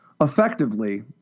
effectively